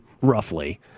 roughly